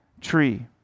tree